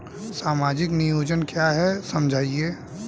सामाजिक नियोजन क्या है समझाइए?